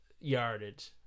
yardage